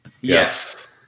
Yes